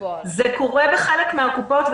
זה קורה בחלק מן הקופות,